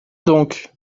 donc